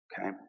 okay